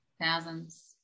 Thousands